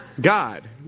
God